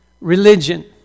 religion